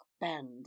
band